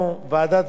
(קופות גמל),